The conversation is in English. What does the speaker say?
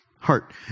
heart